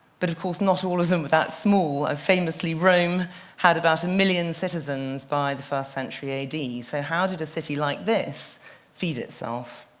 but of course not all of them were that small. famously, rome had about a million citizens by the first century a d. so how did a city like this feed itself?